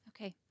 Okay